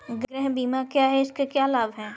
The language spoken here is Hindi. गृह बीमा क्या है इसके क्या लाभ हैं?